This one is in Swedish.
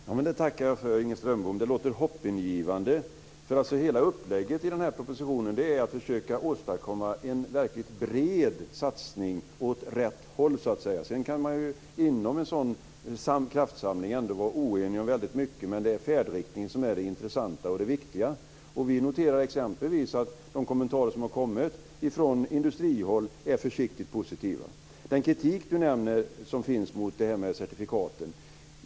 Fru talman! Det tackar jag för, Inger Strömbom. Det låter hoppingivande. Hela upplägget i den här propositionen handlar om att försöka åstadkomma en verkligt bred satsning åt rätt håll. Sedan kan man inom en sådan kraftsamling ändå vara oenig om väldigt mycket, men det är färdriktningen som är det intressanta och viktiga. Vi noterar exempelvis att de kommentarer som har kommit från industrihåll är försiktigt positiva. Inger Strömbom nämner den kritik som finns mot det här med certifikaten.